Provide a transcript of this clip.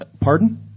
Pardon